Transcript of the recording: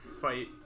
Fight